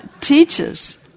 teaches